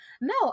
no